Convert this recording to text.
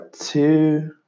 two